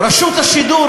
רשות השידור,